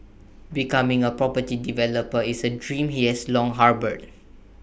becoming A property developer is A dream he has long harboured